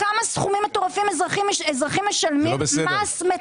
כמה סכומים מטורפים אזרחים משלמים, מס מטורף.